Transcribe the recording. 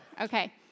Okay